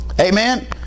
amen